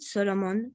Solomon